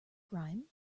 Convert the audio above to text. grime